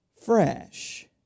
fresh